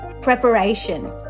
preparation